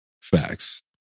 Facts